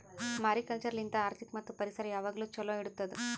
mariculture ಲಿಂತ್ ಆರ್ಥಿಕ ಮತ್ತ್ ಪರಿಸರ ಯಾವಾಗ್ಲೂ ಛಲೋ ಇಡತ್ತುದ್